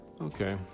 Okay